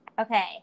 Okay